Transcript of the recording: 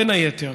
בין היתר,